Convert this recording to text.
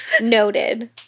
noted